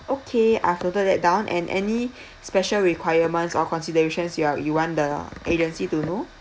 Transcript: okay I've noted that down and any special requirements or considerations you uh you want the agency to know